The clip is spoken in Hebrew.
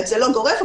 זה לא גורף,